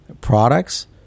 products